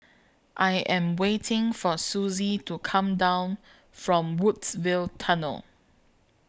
I Am waiting For Suzy to Come down from Woodsville Tunnel